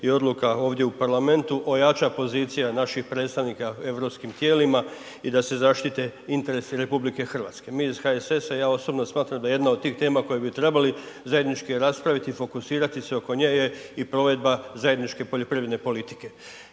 i odluka ovdje u parlamentu ojača pozicija naših predstavnika u europskim tijelima i da se zaštite interesi RH. Mi iz HSS-a i ja osobno smatram da jedna od tih tema koje bi trebali zajednički raspraviti i fokusirati se oko nje i provedba zajedničke poljoprivredne politike